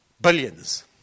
billions